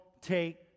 take